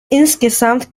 insgesamt